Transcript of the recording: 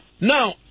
Now